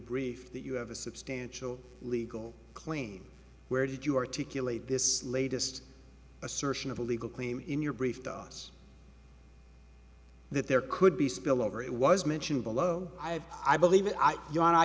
brief that you have a substantial legal claim where did you articulate this latest assertion of a legal claim in your brief to us that there could be spillover it was mentioned below i have i believe it i